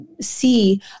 see